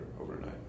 overnight